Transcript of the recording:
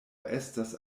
estas